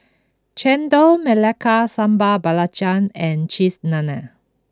Chendol Melaka Sambal Belacan and Cheese Naan